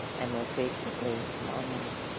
and most recently lang lang.